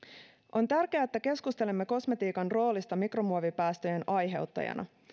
on tärkeää että keskustelemme kosmetiikan roolista mikromuovipäästöjen aiheuttajana